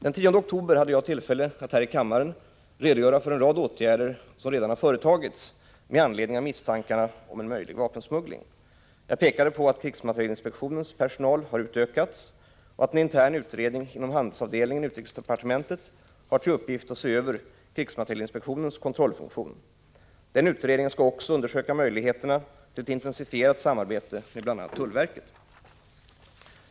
Den 10 oktober hade jag tillfälle att här i kammaren redogöra för en rad åtgärder som redan företagits med anledning av misstankarna om en möjlig vapensmuggling. Jag pekade på att krigsmaterielinspektionens personal har utökats och att en intern utredning inom handelsavdelningen i utrikesdepartementet har till uppgift att se över krigsmaterielinspektionens kontrollfunktion. Den utredningen skall också undersöka möjligheterna till ett intensifierat samarbete med bl.a. tullverket.